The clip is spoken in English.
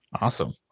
Awesome